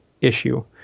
issue